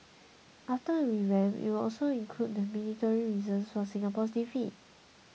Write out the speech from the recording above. after the revamp it will also include the military reasons for Singapore's defeat